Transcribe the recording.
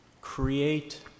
create